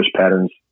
patterns